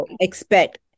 expect